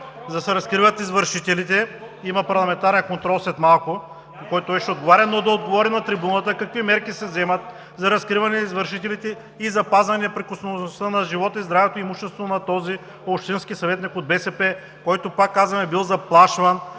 за да се разкрият извършителите. Има парламентарен контрол след малко, по който той ще отговаря, но да отговори на трибуната какви мерки се вземат за разкриване извършителите и запазване неприкосновеността на живота и здравето, и имуществото на този общински съветник от БСП, който, пак казвам, е бил заплашван